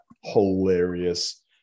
hilarious